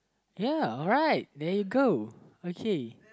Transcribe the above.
ya right there you go okay